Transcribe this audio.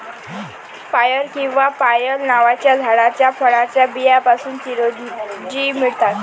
पायर किंवा पायल नावाच्या झाडाच्या फळाच्या बियांपासून चिरोंजी मिळतात